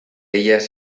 ellas